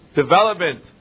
development